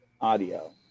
audio